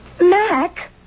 Mac